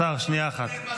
השר, שנייה אחת.